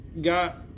got